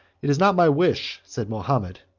it is not my wish, said mahomet,